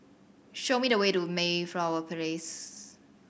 show me the way to Mayflower Place